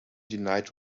denied